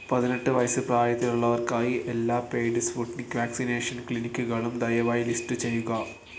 പതിനെട്ട് വയസ്സ് പ്രായത്തിലുള്ളവർക്കായി എല്ലാ പെയ്ഡ് സ്പുട്നിക് വാക്സിനേഷൻ ക്ലിനിക്കുകളും ദയവായി ലിസ്റ്റ് ചെയ്യുക